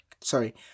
sorry